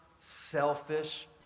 selfish